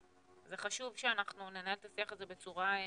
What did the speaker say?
זה חשוב שננהל את השיח הזה בצורה מדויקת.